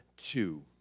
two